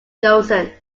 chosen